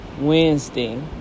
Wednesday